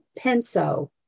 Penso